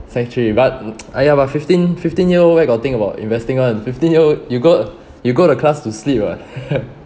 sec three but !aiya! but fifteen fifteen year old where got think about investing [one] fifteen year old you go you go to class to sleep ah